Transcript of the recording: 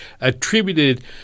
attributed